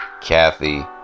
kathy